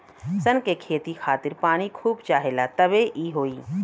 सन के खेती खातिर पानी खूब चाहेला तबे इ होई